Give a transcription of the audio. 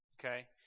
okay